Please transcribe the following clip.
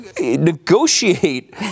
negotiate